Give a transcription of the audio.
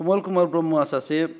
कमल कुमार ब्रम्हआ सासे